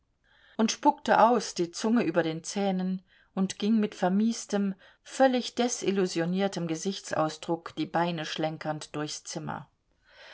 und spuckte aus die zunge über den zähnen und ging mit vermiestem völlig desillusioniertem gesichtsausdruck die beine schlenkernd durchs zimmer